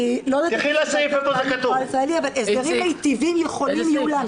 אני לא --- אבל הסדרים מיטיבים יכולים יהיו להמשיך.